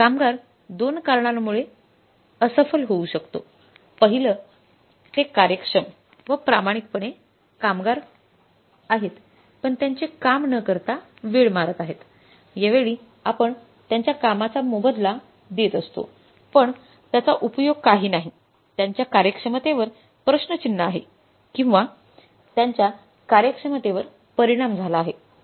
कामगार दोन कारणांमुळे असफल होऊ शकतो पाहिलं ते कार्यक्षम व प्रामाणिकपणे कामगार आहेत पण त्यांचे काम न करता वेळ मारत आहेत यावेळी आपण त्यांच्या कामाचा मोबदला देत असतो पण त्याचा उपयोग काही नाही त्यांच्या कार्यक्षमतेवर प्रश्नचिन्ह आहे किंवा त्यांच्या कार्यक्षमतेवर परिणाम झाला आहे